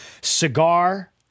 cigar